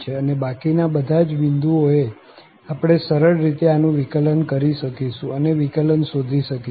અને બાકી ના બધા જ બિંદુ ઓ એ આપણે સરળ રીતે આનું વિકલન કરી શકીશું અને વિકલન શોધી શકીશું